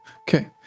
Okay